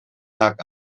tag